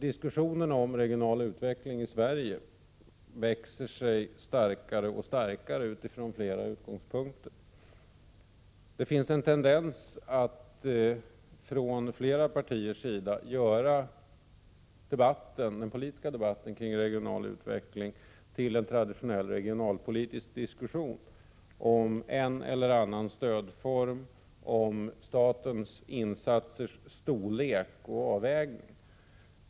Diskussionen om regional utveckling i Sverige växer sig starkare och starkare utifrån flera utgångspunkter. Det finns en tendens, från flera partier, att göra den politiska debatten kring regional utveckling till en traditionell regionalpolitisk diskussion om en eller annan stödform, om storleken på statens insatser och om olika avvägningar.